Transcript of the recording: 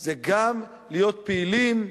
זה גם להיות פעילים,